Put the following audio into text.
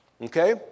Okay